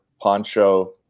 Poncho